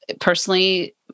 personally